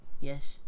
yes